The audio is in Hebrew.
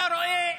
אתה רואה,